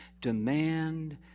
demand